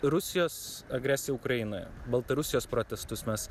rusijos agresija ukrainoje baltarusijos protestus mes